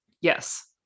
Yes